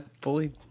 fully